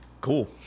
cool